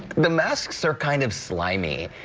the masks are kind of slimy.